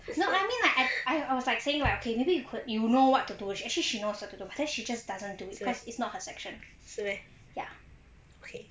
no I mean like I was like saying okay maybe you know what to do actually she knows what to do but then she just doesn't do it cause it's not her section ya